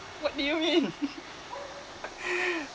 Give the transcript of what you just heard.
what do you mean